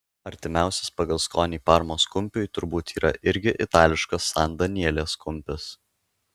artimiausias pagal skonį parmos kumpiui turbūt yra irgi itališkas san danielės kumpis